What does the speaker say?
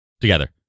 together